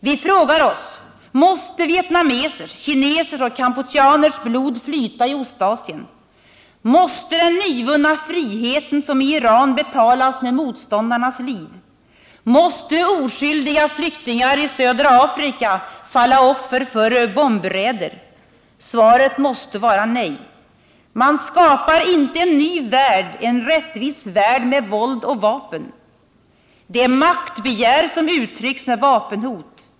Vi frågar oss: Måste vietnamesers, kinesers och kampucheaners blod flyta i Ostasien? Måste den nyvunna friheten i Iran betalas med motståndarnas liv? Måste oskyldiga flyktingar i södra Afrika falla offer för bombraider? Svaret är nej! Man skapar inte en ny värld, en rättvis värld med våld och vapen. Det är maktbegär som uttrycks med vapenhot.